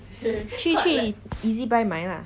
去去 ezbuy 买 lah